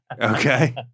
Okay